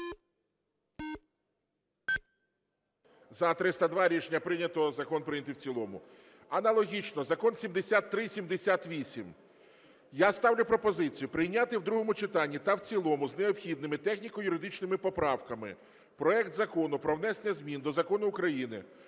За-302 Рішення прийнято. Закон прийнятий в цілому. Аналогічно, Закон 7378. Я ставлю пропозицію, прийняти в другому читанні та в цілому з необхідними техніко-юридичними поправками проект Закону про внесення змін до Закону України